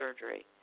surgery